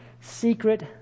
secret